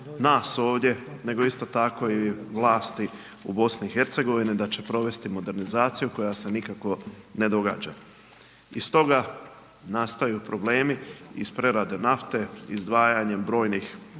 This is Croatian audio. nas ovdje nego isto tako i vlasti u BiH-a da će provesti modernizaciju koja se nikako ne događa. I stoga nastaju problemi iz prerade nafte, izdvajanjem brojnih